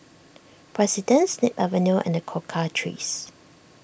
President Snip Avenue and the Cocoa Trees